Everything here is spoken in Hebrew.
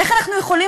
איך אנחנו יכולים